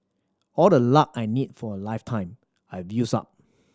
all the luck I need for a lifetime I've used up